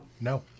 No